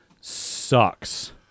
sucks